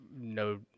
no